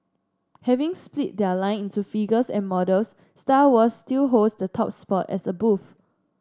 having split their line into figures and models Star Wars still holds the top spot as a booth